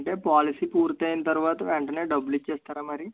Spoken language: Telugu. అంటే పాలసీ పూర్తయిన తర్వాత వెంటనే డబ్బులు ఇచ్చేస్తారా మరీ